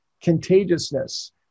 contagiousness